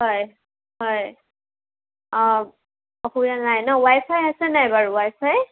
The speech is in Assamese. হয় হয় অঁ অসুবিধা নাই ন ৱাই ফাই আছে নে নাই বাৰু ৱাই ফাই